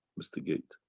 mr. gate